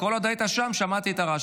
כל עוד היית שם, שמעתי את הרעש.